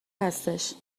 هستش